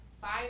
five